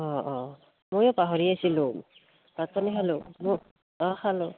অঁ অঁ ময়ো পাহৰি আছিলোঁ ভাত পানী খালোঁ মোৰ অঁ খালোঁ